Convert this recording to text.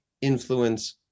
influence